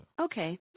Okay